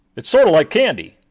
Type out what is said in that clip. it's sort of like candy.